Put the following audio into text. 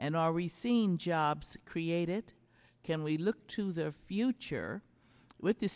and are receiving jobs created can we look to the future with th